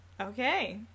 okay